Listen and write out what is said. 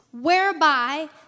whereby